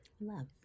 Love